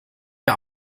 wir